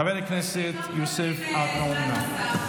חבר הכנסת יוסף עטאונה.